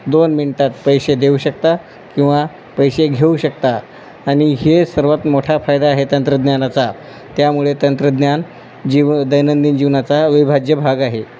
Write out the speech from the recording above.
दोन मिनटात पैसे देऊ शकता किंवा पैसे घेऊ शकता आणि हे सर्वात मोठा फायदा आहे तंत्रज्ञानाचा त्यामुळे तंत्रज्ञान जीव दैनंदिन जीवनाचा अविभाज्य भाग आहे